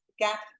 gap